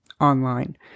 online